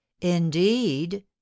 Indeed